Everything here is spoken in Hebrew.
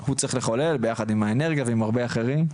שהוא צריך לחולל ביחד עם האנרגיה ועם הרבה חברים.